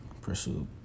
pursue